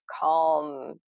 calm